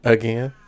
Again